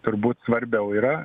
turbūt svarbiau yra